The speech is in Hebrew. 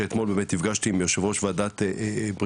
שאתמול באמת נפגשתי עם יושב ראש וועדת הבריאות,